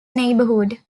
neighborhood